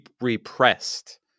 repressed